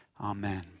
Amen